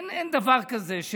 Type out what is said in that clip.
אין דבר כזה.